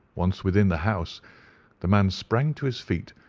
once within the house the man sprang to his feet,